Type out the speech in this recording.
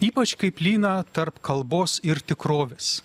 ypač kaip lyną tarp kalbos ir tikrovės